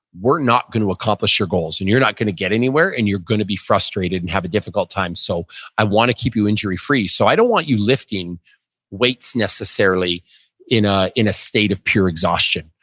we're not going to accomplish your goals, and you're not going to get anywhere and you're going to be frustrated and have a difficult time so i want to keep you injury free. so i don't want you lifting weights necessarily in ah in a state of pure exhaustion.